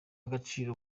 agaciro